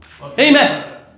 Amen